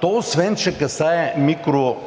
То, освен че касае микрофирмите